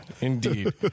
indeed